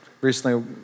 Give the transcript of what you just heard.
recently